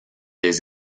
des